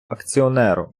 акціонеру